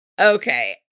Okay